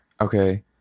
Okay